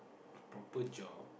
a proper job